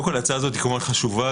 ההצעה הזאת חשובה,